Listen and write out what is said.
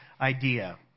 idea